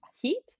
heat